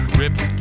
ripped